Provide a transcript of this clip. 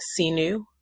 Sinu